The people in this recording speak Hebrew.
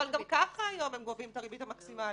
גם ככה היום הם גובים את הריבית המקסימלית.